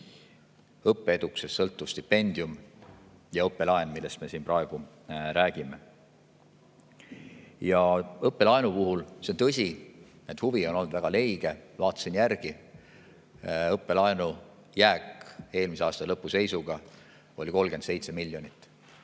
õppeedukusest sõltuv stipendium ja õppelaen, millest me siin praegu räägime. Ja õppelaenu puhul, see on tõsi, on huvi olnud väga leige. Vaatasin järgi. Õppelaenu jääk eelmise aasta lõpu seisuga oli 37 miljonit.